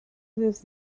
lives